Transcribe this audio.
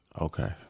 okay